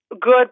good